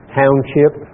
township